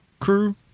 crew